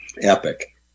epic